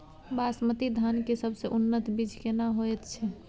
बासमती धान के सबसे उन्नत बीज केना होयत छै?